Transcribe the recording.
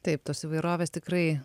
taip tos įvairovės tikrai